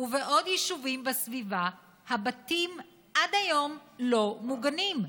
ובעוד יישובים בסביבה הבתים עד היום לא ממוגנים.